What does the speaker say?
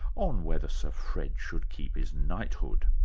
on whether sir fred should keep his knighthood.